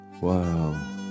Wow